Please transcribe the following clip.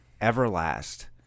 Everlast